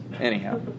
Anyhow